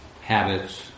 habits